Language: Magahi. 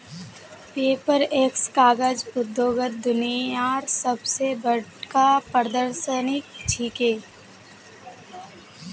पेपरएक्स कागज उद्योगत दुनियार सब स बढ़का प्रदर्शनी छिके